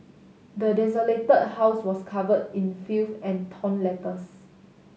the desolated house was covered in filth and torn letters